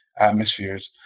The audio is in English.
atmospheres